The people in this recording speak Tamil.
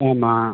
ஆமாம்